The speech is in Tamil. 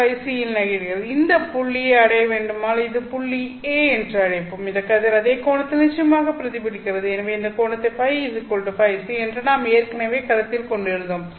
φφc இல் நிகழ்ந்தது அதே புள்ளியை அடைய வேண்டுமானால் இந்த புள்ளியை A என்று அழைப்போம் இந்த கதிர் அதே கோணத்தில் நிச்சயமாக பிரதிபலிக்கிறது எனவே இந்த கோணத்தை φ φc என்று நாம் ஏற்கனவே கருத்தில் கொண்டிருந்தோம்